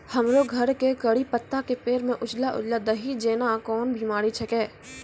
हमरो घर के कढ़ी पत्ता के पेड़ म उजला उजला दही जेना कोन बिमारी छेकै?